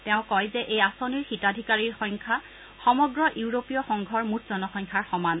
তেওঁ কয় যে এই আঁচনিৰ হিতাধিকাৰীৰ সংখ্যা সমগ্ৰ ইউৰোপীয় সংঘৰ মুঠ জনসংখ্যাৰ সমান